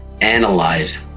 Analyze